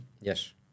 Yes